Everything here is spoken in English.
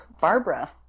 Barbara